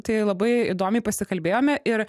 tai labai įdomiai pasikalbėjome ir